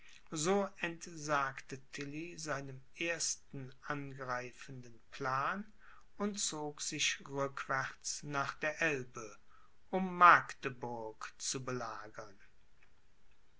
so entsagte tilly seinem ersten angreifenden plan und zog sich rückwärts nach der elbe um magdeburg zu belagern